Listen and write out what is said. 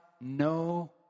no